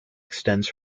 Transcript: extends